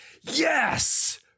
yes